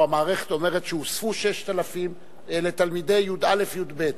המערכת אומרים שהוספו 6,000 שעות לתלמידי י"א-י"ב,